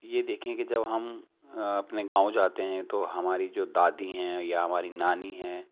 یہ دیکھیں کہ جب ہم اپنے گاؤں جاتے ہیں تو ہماری جو دادی ہیں یا ہماری نانی ہیں